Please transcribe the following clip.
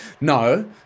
no